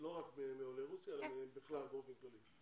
באופן כללי.